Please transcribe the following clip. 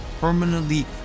permanently